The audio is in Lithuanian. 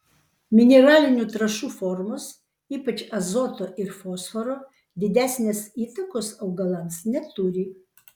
mineralinių trąšų formos ypač azoto ir fosforo didesnės įtakos augalams neturi